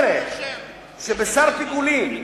אומרת שבשר פיגולים,